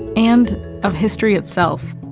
and of history itself.